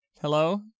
Hello